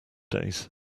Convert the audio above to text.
days